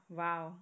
wow